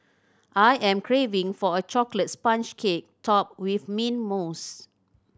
I am craving for a chocolate sponge cake topped with mint mousse